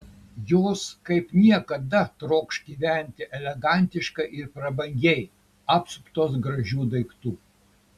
jos kaip niekada trokš gyventi elegantiškai ir prabangiai apsuptos gražių daiktų